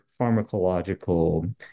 pharmacological